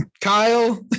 kyle